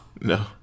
No